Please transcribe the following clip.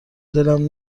دلم